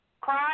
Cross